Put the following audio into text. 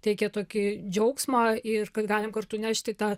teikia tokį džiaugsmą ir kad galim kartu nešti tą